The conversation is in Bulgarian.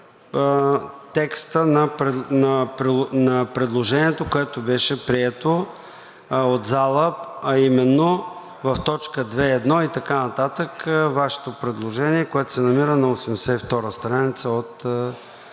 текста на предложението, което беше прието от залата, а именно в т. 2.1 и така нататък – Вашето предложение, което се намира на страница 82